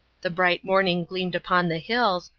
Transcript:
the bright morning gleamed upon the hills,